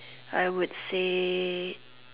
I would say